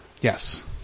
yes